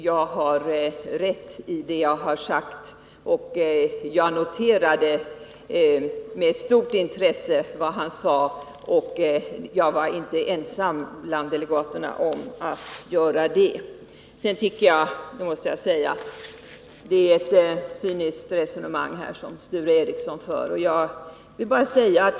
Jag har rätt i vad jag sagt. Med stort intresse noterade jag vad ambassadören sade och var inte ensam bland åhörarna om detta. Sedan måste jag säga att jag tycker att Sture Ericson för ett cyniskt resonemang.